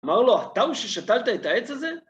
אמר לו, אתה הוא ששתלת את העץ הזה?